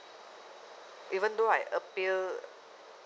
even though I appeal